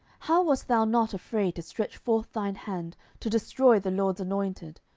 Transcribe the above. how wast thou not afraid to stretch forth thine hand to destroy the lord's anointed?